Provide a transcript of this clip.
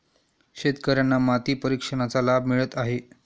शेतकर्यांना माती परीक्षणाचा लाभ मिळत आहे